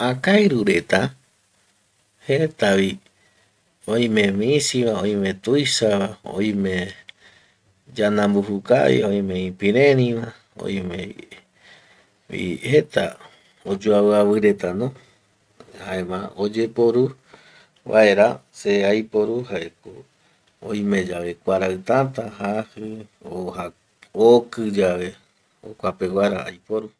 Äkairu reta jetavi, oime misiva, oime tuisava, oime yanambuju kaviva, oime Ïpireriva, oimevi jeta oyoaviavi retano, jaema oyeporu vaera, se aiporu jaeko oimeyave kuarai täta jaji, o okiyave jokua peguara aiporu